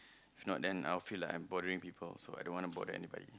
if not then I will feel like I'm bothering people also I don't want to bother anybody